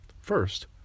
First